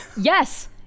Yes